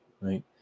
right